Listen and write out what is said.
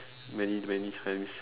many many times